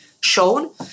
shown